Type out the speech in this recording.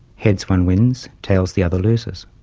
heads one wins, tails the other loses.